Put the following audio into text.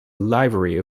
livery